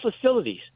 facilities